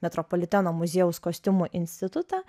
metropoliteno muziejaus kostiumų institutą